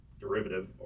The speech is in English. derivative